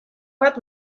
bat